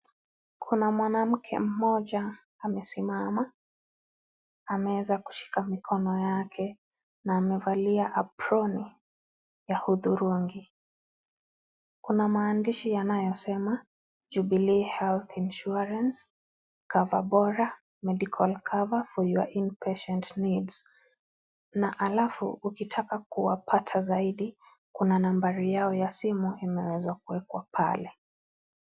Kuna mwanamke moja amesimama amewezaekushika mikono yake na amevalia aproni ya udhurungi kuna maandishi yanayosema Jubilee health insurance cover bora medical coverage for your inpatient needs ,na alafu ukitaka kuwapata zaidi kuna nambari ya simu imeweza kuwekwa pale.